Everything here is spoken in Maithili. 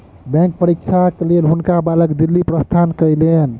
बैंक परीक्षाक लेल हुनका बालक दिल्ली प्रस्थान कयलैन